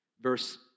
Verse